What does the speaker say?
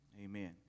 amen